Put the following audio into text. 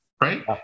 Right